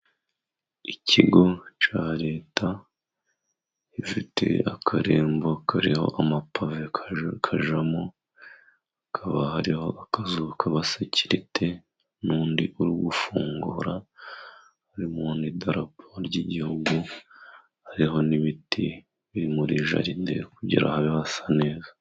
Ikigo cya leta gifite akarembo kariho amapave kajyamo, hakaba hariho akazu k'abasakerite n'undi uri ugufungura, harimo n'idarapo ry'igihugu, hariho n'ibiti biri muri jaride kugira habe hasa neza.